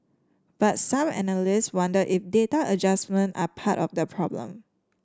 but some analysts wonder if data adjustment are part of the problem